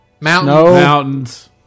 Mountains